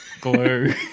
glue